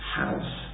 house